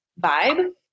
vibe